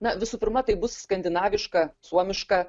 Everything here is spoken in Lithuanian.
na visų pirma tai bus skandinaviška suomiška